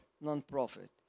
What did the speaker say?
non-profit